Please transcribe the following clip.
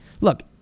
look